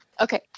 Okay